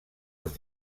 els